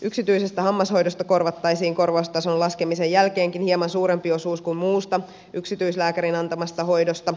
yksityisestä hammashoidosta korvattaisiin korvaustason laskemisen jälkeenkin hieman suurempi osuus kuin muusta yksityislääkärin antamasta hoidosta